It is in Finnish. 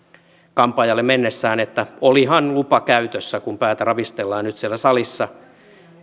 kampaajalle mennessään että olihan lupa käytössä kun päätä ravistellaan nyt siellä salissa